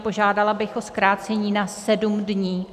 Požádala bych o zkrácení na sedm dní.